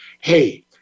hey